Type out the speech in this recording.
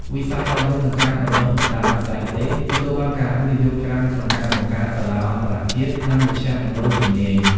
វិស័យអប់រំ និងការបណ្ដុះបណ្ដាលបច្ចេកទេស ទទួលបានការវិនិយោគច្រើនក្នុងការបង្កើតសាលាអន្តរជាតិ និងមជ្ឈមណ្ឌលជំនាញ។